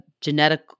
genetic